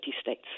states